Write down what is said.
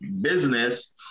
business